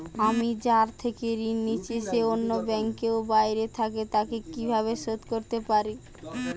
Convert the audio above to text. আমি যার থেকে ঋণ নিয়েছে সে অন্য ব্যাংকে ও বাইরে থাকে, তাকে কীভাবে শোধ করতে পারি?